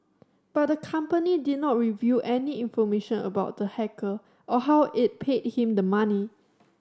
but the company did not reveal any information about the hacker or how it paid him the money